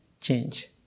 change